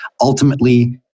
ultimately